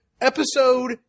episode